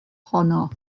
honno